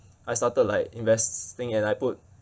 I started like investing and I put